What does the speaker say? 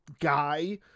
guy